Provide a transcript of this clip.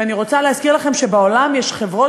ואני רוצה להזכיר לכם שבעולם יש חברות